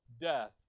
death